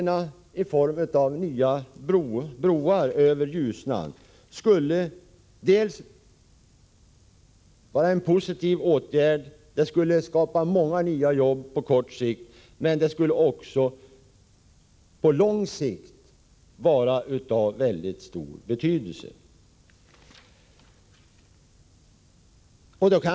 Nya broar över Ljusnan skulle vara positivt, det skulle skapas många nya arbetstillfällen på kort sikt, men vara av mycket stor betydelse även på lång sikt.